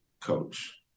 coach